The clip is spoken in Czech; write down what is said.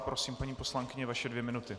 Prosím, paní poslankyně, vaše dvě minuty.